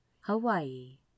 Hawaii